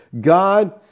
God